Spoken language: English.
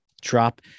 drop